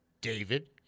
David